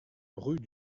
rue